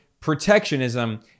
protectionism